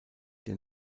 der